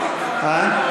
אני יכול,